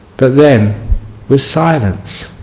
but then with silence